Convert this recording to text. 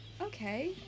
Okay